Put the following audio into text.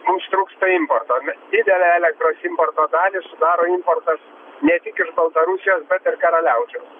mums trūksta importo didelę elektros importo dalį sudaro importas ne tik iš baltarusijos bet ir karaliaučiaus